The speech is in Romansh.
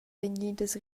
vegnidas